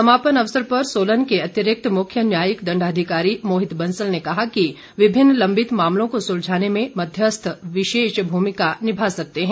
समापन अवसर पर सोलन के अतिरिक्त मुख्य न्यायिक दण्डाधिकारी मोहित बंसल ने कहा कि विभिन्न लंबित मामलों को सुलझाने में मध्यस्थ विशेष भूमिका निभा सकते हैं